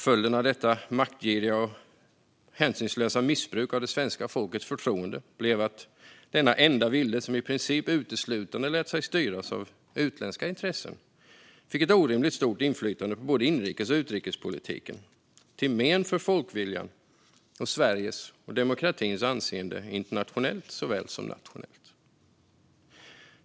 Följden av detta maktgiriga och hänsynslösa missbruk av svenska folkets förtroende blev att denna enda vilde - som nästan uteslutande lät sig styras av utländska intressen - fick ett orimligt stort inflytande på både inrikes och utrikespolitiken, till men för folkviljan och Sveriges och demokratins anseende såväl internationellt som nationellt.